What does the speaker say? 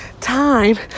time